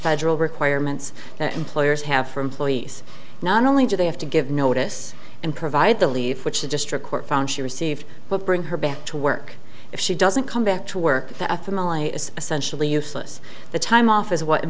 federal requirements that employers have for employees not only do they have to give notice and provide the leave which the district court found she received but bring her back to work if she doesn't come back to work a family is essentially useless the time off is what